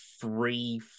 three